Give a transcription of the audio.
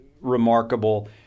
remarkable